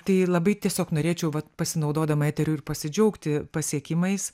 tai ir labai tiesiog norėčiau vat pasinaudodama eteriu ir pasidžiaugti pasiekimais